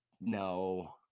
No